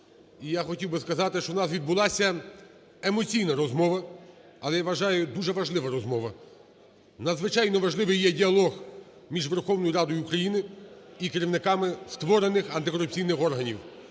я хотів би сказати, що у нас відбулася емоційна розмова, але, я вважаю, дуже важлива розмова, надзвичайно важливий є діалог між Верховною Радою України і керівниками створених антикорупційних органів.